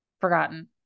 Forgotten